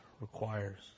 requires